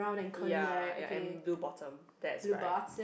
ya ya and blue bottom that's right